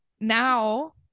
now